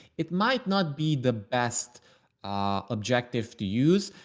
it might not be the best objective to use.